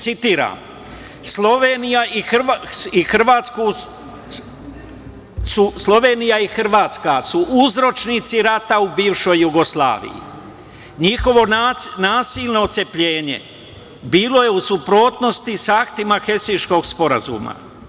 Citiram – Slovenija i Hrvatska su uzročnici ratna u bivšoj Jugoslaviji, njihovo nasilno ocepljenje bilo je u suprotnosti sa aktima Helsinškog sporazuma.